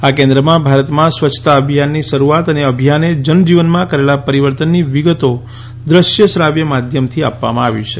આ કેન્દ્રમાં ભારતમાં સ્વચ્છતા અભિયાનની શરૂઆત અને અભિયાને જનજીવનમાં કરેલા પરિવર્તનની વિગતો દૃશ્ય શ્રાવ્ય માધ્યમથી આપવામાં આવી છે